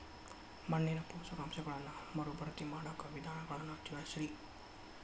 ಮಣ್ಣಿನ ಪೋಷಕಾಂಶಗಳನ್ನ ಮರುಭರ್ತಿ ಮಾಡಾಕ ವಿಧಾನಗಳನ್ನ ತಿಳಸ್ರಿ